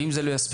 ואם זה לא יספיק,